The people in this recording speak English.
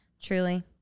truly